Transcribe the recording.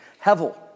Hevel